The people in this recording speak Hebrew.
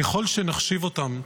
ככל שנחשיב אותם,